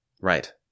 Right